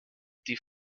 die